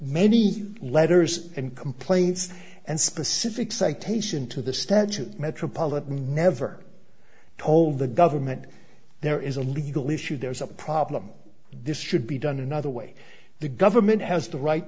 many letters and complaints and specific citation to the statute metropolitan never told the government there is a legal issue there is a problem this should be done another way the government has the right